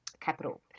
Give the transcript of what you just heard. capital